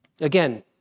Again